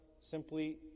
simply